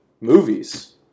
movies